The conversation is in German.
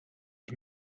ich